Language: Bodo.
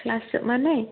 क्लास जोबनानै